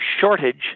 shortage